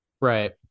Right